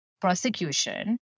prosecution